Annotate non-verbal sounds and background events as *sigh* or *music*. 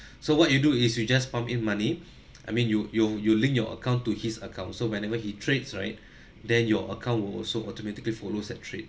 *breath* so what you do is you just pump in money *noise* I mean you you you link your account to his account so whenever he trades right *breath* then your account will also automatically follows that trade